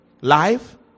live